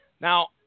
Now